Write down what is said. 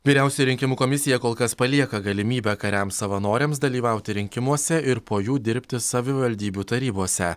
vyriausioji rinkimų komisija kol kas palieka galimybę kariams savanoriams dalyvauti rinkimuose ir po jų dirbti savivaldybių tarybose